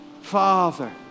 father